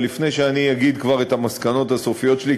ולפני שאני אגיד את המסקנות הסופיות שלי,